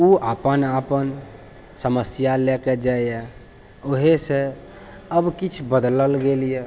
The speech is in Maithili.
ओ अपन अपन समस्या लेके जाइए ओहेसँ अब किछु बदलल गेल यऽ